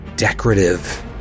decorative